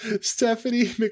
stephanie